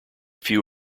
few